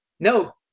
No